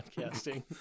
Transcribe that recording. podcasting